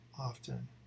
often